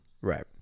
Right